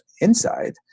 inside